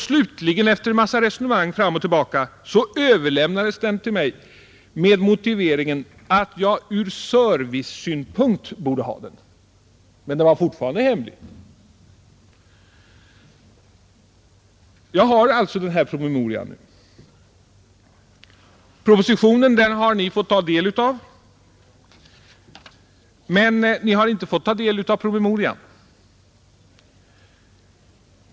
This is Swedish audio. Slutligen, efter ett resonemang fram och tillbaka, överlämnades den till mig med motiveringen att jag ur servicesynpunkt borde ha den. Men den var fortfarande hemlig! Jag har sålunda promemorian nu. Men ni, mina damer och herrar, har inte fått ta del av promemorian.